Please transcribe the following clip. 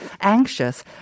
anxious